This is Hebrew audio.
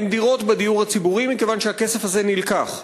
אין דירות בדיור הציבורי מכיוון שהכסף הזה נלקח.